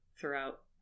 throughout